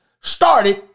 started